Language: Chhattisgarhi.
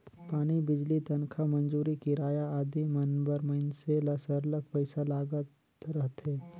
पानी, बिजली, तनखा, मंजूरी, किराया आदि मन बर मइनसे ल सरलग पइसा लागत रहथे